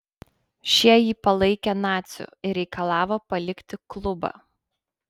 šie jį palaikė naciu ir reikalavo palikti klubą